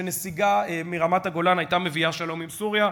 שנסיגה מרמת-הגולן הייתה מביאה שלום עם סוריה.